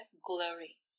glory